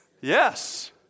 yes